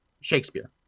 Shakespeare